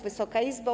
Wysoka Izbo!